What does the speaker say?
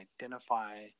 identify